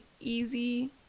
easy